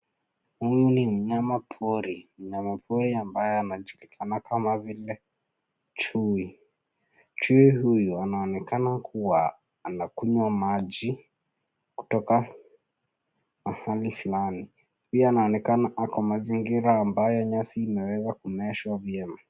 Huyu ni mnyama pori. Mnyama pori ambaye anajulikana kama vile chui. Chui huyu anaonekana kuwa anakunywa maji kutoka mahali fulani. Pia anaonekana ako kwenye mazingira ambayo nyasi imeweza kumeeshwa vyema.